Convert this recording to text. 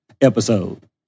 episode